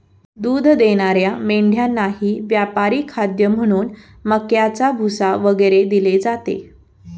दूध देणाऱ्या मेंढ्यांनाही व्यापारी खाद्य म्हणून मक्याचा भुसा वगैरे दिले जाते